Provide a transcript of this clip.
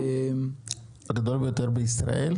הגדול ביותר בישראל?